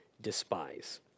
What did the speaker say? despise